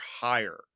higher